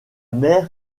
mer